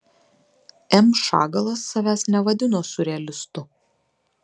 m šagalas savęs nevadino siurrealistu